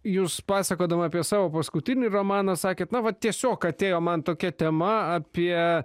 jūs pasakodama apie savo paskutinį romaną sakėt na va tiesiog atėjo man tokia tema apie